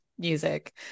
music